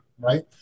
right